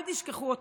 אל תשכחו אותה,